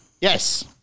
Yes